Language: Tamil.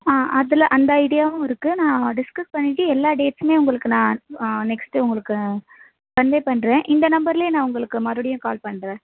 ஆ அதில் அந்த ஐடியாவும் இருக்குது நான் டிஸ்கஸ் பண்ணிவிட்டு எல்லா டேட்ஸுமே உங்களுக்கு நான் நெக்ஸ்ட்டு உங்களுக்கு கன்வே பண்ணுறேன் இந்த நம்பரிலே நான் உங்களுக்கு மறுபடியும் கால் பண்ணுறேன்